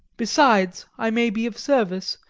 besides, i may be of service,